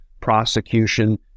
prosecution